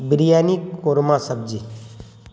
بریانی قورمہ سبزی